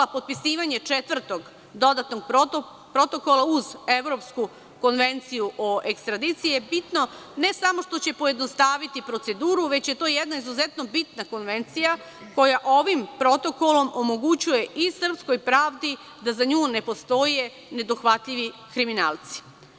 Potpisivanje četvrtog dodatnog protokola uz Evropsku konvenciju o ekstradiciji je bitno, ne samo što će pojednostaviti proceduru, već je to jedna izuzetno bitna konvencija koja ovim protokolom omogućuje i srpskoj pravdi da za nju ne postoje nedohvatljivi kriminalci.